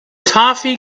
toffee